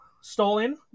stolen